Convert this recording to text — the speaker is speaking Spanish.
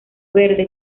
verde